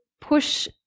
push